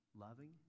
loving